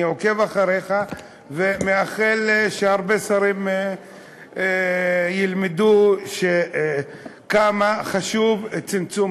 אני עוקב אחריך ומאחל שהרבה שרים ילמדו כמה חשוב צמצום